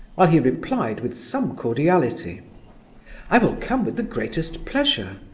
while he replied with some cordiality i will come with the greatest pleasure,